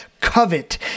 covet